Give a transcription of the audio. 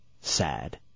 Sad